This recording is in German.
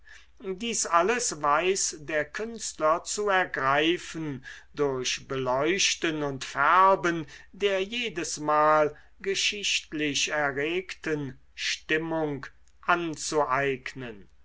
dies alles weiß der künstler zu ergreifen durch beleuchten und färben der jedesmal geschichtlich erregten stimmung anzueignen